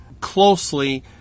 closely